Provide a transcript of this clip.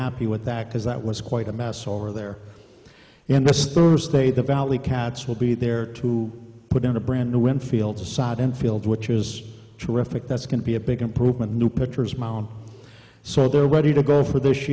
happy with that because that was quite a mess over there and this thursday the valley cats will be there to put in a brand new wind field to side and field which is terrific that's going to be a big improvement new pictures of my own so they're ready to go for this